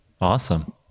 awesome